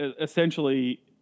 essentially